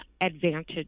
advantage